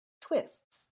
twists